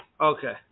Okay